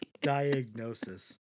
diagnosis